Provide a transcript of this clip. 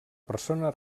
persona